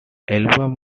album